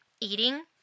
eating